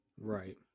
right